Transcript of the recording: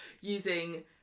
using